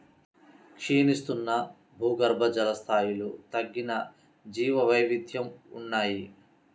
క్షీణిస్తున్న భూగర్భజల స్థాయిలు తగ్గిన జీవవైవిధ్యం ఉన్నాయి